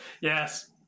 Yes